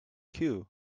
cue